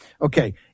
Okay